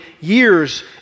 years